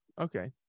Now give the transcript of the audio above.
Okay